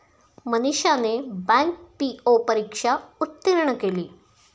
मनीषाने bank PO परीक्षा उत्तीर्ण केली